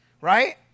right